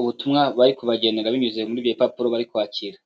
ubutumwa bari kubagenera binyuze muri ibyo bipapuro bari kwakira.